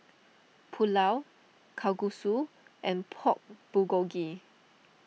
Pulao Kalguksu and Pork Bulgogi